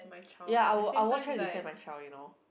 ya I will I would want to send my child you know